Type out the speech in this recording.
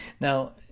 Now